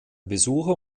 besucher